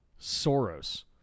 Soros